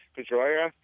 Pedroia